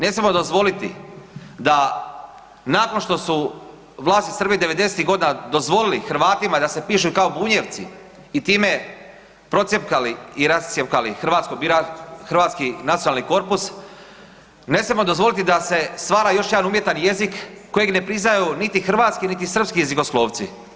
Ne smijemo dozvoliti da nakon što su vlasti Srbije 90-ih godina dozvolili Hrvatima da se pišu kao Bunjevci i time procijepkali i rascijepkali hrvatski nacionalni korpus, ne smijemo dozvoliti da se stvara još jedan umjetan jezik kojeg ne priznaju niti hrvatski niti srpski jezikoslovci.